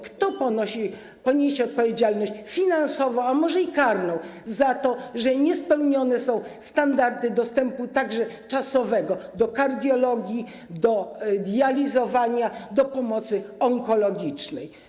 Kto poniesie odpowiedzialność finansową, a może i karną za to, że niespełnione są standardy dostępu, także czasowego, do kardiologii, do dializowania, do pomocy onkologicznej?